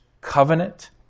covenant